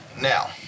Now